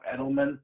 Edelman